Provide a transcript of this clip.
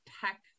tech